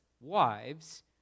wives